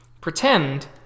pretend